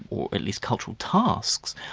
or at least cultural tasks,